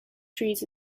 trees